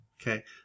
Okay